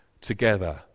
together